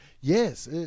Yes